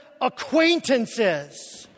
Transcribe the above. acquaintances